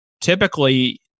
Typically